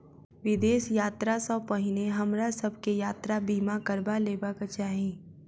विदेश यात्रा सॅ पहिने हमरा सभ के यात्रा बीमा करबा लेबाक चाही